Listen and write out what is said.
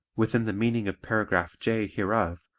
within the meaning of paragraph j hereof,